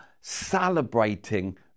celebrating